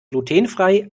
glutenfrei